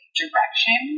direction